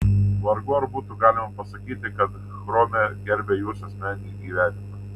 vargu ar būtų galima pasakyti kad chrome gerbia jūsų asmeninį gyvenimą